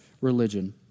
religion